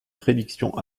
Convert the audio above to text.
prédictions